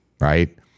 right